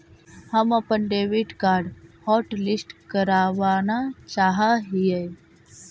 हम अपन debit card hotlist करावाना चाहा हियई